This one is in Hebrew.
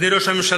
אדוני ראש הממשלה,